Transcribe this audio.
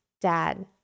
dad